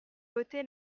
votée